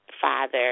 father